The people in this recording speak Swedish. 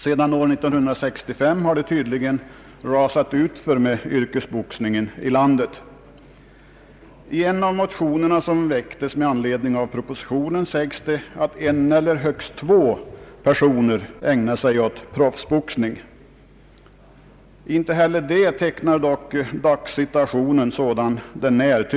Sedan år 1965 har det tydligen rasat utför med yrkesboxningen i landet. I en av motionerna som väcktes med anledning av propositionen sägs att en eller högst två personer ägnar sig åt proffsboxning. Inte heller det tecknar dock dagssituationen.